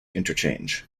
interchange